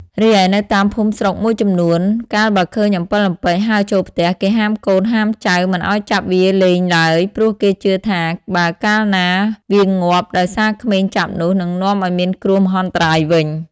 រីឯនៅតាមភូមិស្រុកមួយចំនួន កាលបើឃើញអំពិលអំពែកហើរចូលផ្ទះ គេហាមកូនហាមចៅមិនឱ្យចាប់វាលេងឡើយ ព្រោះគេជឿថា បើកាលណាវាងាប់ដោយសារក្មេងចាប់នោះ នឹងនាំឱ្យមានគ្រោះមហន្តរាយវិញ។